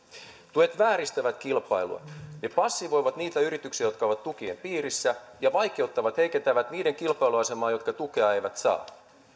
tuet vääristävät kilpailua ne passivoivat niitä yrityksiä jotka ovat tukien piirissä ja vaikeuttavat ja heikentävät niiden kilpailuasemaa jotka tukea eivät saa